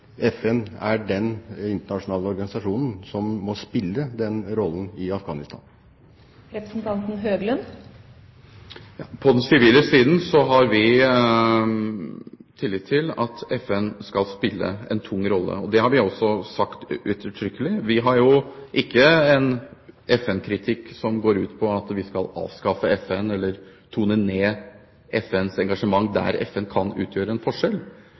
FN er den internasjonale organisasjonen som må spille den rollen i Afghanistan? På den sivile siden har vi tillit til at FN skal spille en tung rolle. Det har vi også sagt uttrykkelig. Vi har ikke en FN-kritikk som går ut på at vi skal avskaffe FN eller tone ned FNs engasjement der FN kan utgjøre en forskjell.